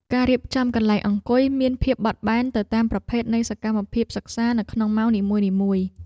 ការរៀបចំកន្លែងអង្គុយមានភាពបត់បែនទៅតាមប្រភេទនៃសកម្មភាពសិក្សានៅក្នុងម៉ោងនីមួយៗ។